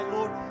Lord